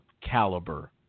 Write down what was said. caliber